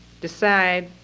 decide